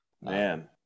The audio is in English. man